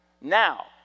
Now